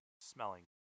smelling